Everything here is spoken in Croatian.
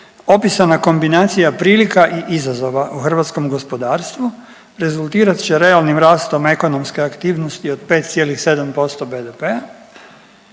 „opisana kombinacija prilika i izazova u hrvatskom gospodarstvu rezultirat će realnim rastom ekonomske aktivnosti od 5,7% BDP